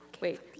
wait